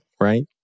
right